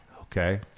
Okay